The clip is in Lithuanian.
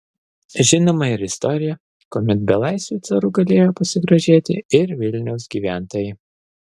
žinoma ir istorija kuomet belaisviu caru galėjo pasigrožėti ir vilniaus gyventojai